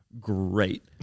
great